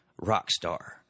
Rockstar